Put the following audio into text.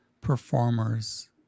performers